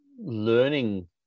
learning